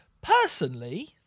Personally